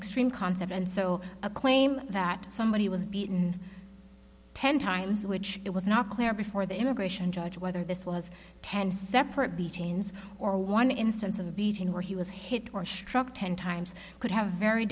extreme concept and so a claim that somebody was beaten ten times which it was not clear before the immigration judge whether this was ten separate b chains or one instance of the beating where he was hit or struck ten times could have a very